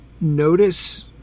Notice